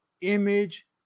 image